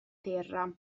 terra